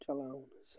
چلاوُن حظ